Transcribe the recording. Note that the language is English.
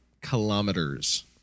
kilometers